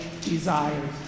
desires